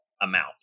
amount